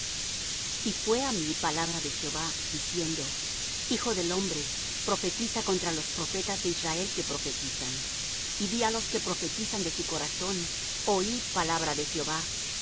y fué á mí palabra de jehová diciendo hijo del hombre profetiza contra los profetas de israel que profetizan y di á los que profetizan de su corazón oid palabra de jehová